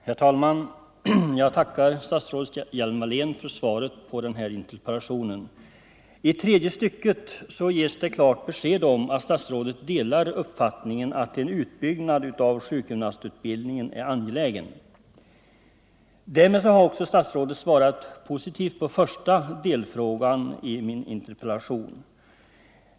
Herr talman! Jag tackar fru statsrådet Hjelm-Wallén för svaret på min interpellation. I tredje stycket av svaret ges ett klart besked om att statsrådet delar uppfattningen att en utbyggnad av sjukgymnastutbildningen är angelägen. Därmed har statsrådet också svarat positivt på den första delfrågan i min interpellation.